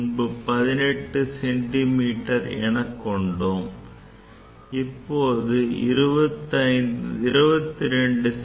முன்பு 18 சென்டிமீட்டர் எனக் கொண்டோம் இப்போது அதை 22 செ